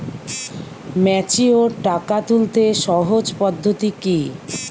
Mature টাকা তুলতে সহজ পদ্ধতি কি?